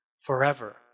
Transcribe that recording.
forever